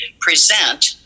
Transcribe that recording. present